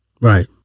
Right